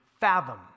fathom